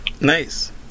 Nice